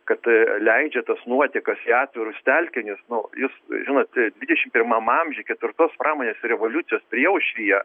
kad leidžia tas nuotekas į atvirus telkinius nu jis žinot dvidešimt pirmam amžiui ketvirtos pramonės revoliucijos priešaušryje